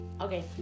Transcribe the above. Okay